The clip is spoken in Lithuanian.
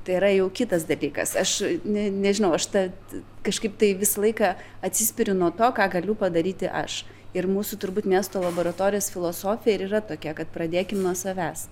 tai yra jau kitas dalykas aš ne nežinau aš tad kažkaip tai visą laiką atsispiri nuo to ką galiu padaryti aš ir mūsų turbūt miesto laboratorijos filosofija ir yra tokia kad pradėkim nuo savęs